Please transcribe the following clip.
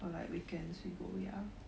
or like weekends we go ya